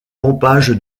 pompage